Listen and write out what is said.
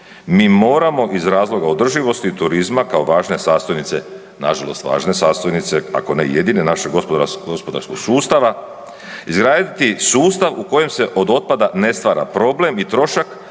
Mi moramo iz razloga održivosti turizma kao važne sastojnice, nažalost važne sastojnice ako ne i jedine naše gospodarskog sustava, izgraditi sustav u kojem se od otpada ne stvara problem i trošak